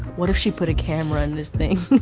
what if she put a camera in this thing?